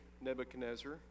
Nebuchadnezzar